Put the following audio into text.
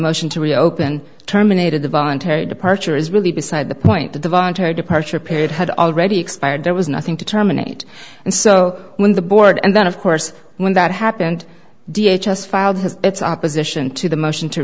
motion to reopen terminated the voluntary departure is really beside the point that the voluntary departure period had already expired there was nothing to terminate and so when the board and then of course when that happened d h has filed has its opposition to the motion to